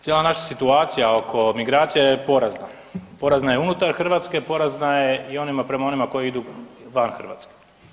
Cijela naša situacija oko migracija je porazna, porazna je unutar Hrvatske, porazna je i prema onima koji idu van Hrvatske.